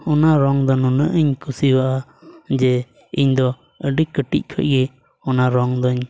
ᱚᱱᱟ ᱨᱚᱝ ᱫᱚ ᱱᱩᱱᱟᱹᱜ ᱤᱧ ᱠᱩᱥᱤᱭᱟᱜᱼᱟ ᱡᱮ ᱤᱧᱫᱚ ᱟᱹᱰᱤ ᱠᱟᱹᱴᱤᱡ ᱠᱷᱚᱱ ᱜᱮ ᱚᱱᱟ ᱨᱚᱝ ᱫᱚᱧ